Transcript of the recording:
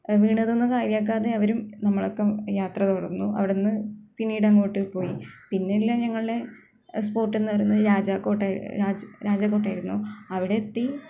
വീണതൊന്നും കാര്യമാക്കാതെ അവരും നമ്മളൊപ്പം യാത്ര തുടര്ന്നു അവിടെനിന്ന് പിന്നീടങ്ങോട്ട് പോയി പിന്നെയുള്ള ഞങ്ങള സ്പോട്ട് എന്ന് പറയുന്നത് രാജാക്കോട്ട രാജാക്കോട്ട ആയിരുന്നു അവിടെ എത്തി